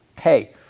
hey